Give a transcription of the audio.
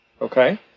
Okay